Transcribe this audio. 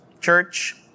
church